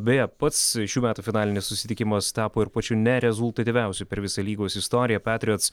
beje pats šių metų finalinis susitikimas tapo ir pačiu nerezultatyviausiu per visą lygos istoriją petriots